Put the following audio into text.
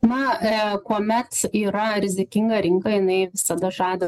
na kuomet yra rizikinga rinka jinai visada žada